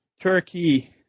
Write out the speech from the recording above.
Turkey